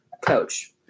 coach